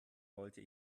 wollte